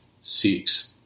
seeks